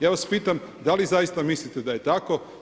Ja vas pitam, da li zaista mislite da je tako?